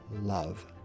love